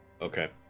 Okay